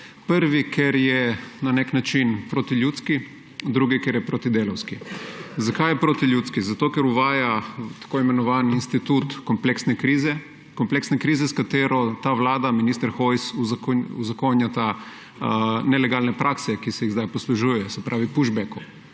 prvi, ker je na nek način protiljudski; drugi, ker je protidelavski. Zakaj je protiljudski? Zato, ker uvaja tako imenovan institut kompleksne krize, kompleksne krize, s katero ta vlada in minister Hojs uzakonjata nelegalne prakse, ki se jih zdaj poslužuje, se pravi, pushbackov.